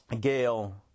Gail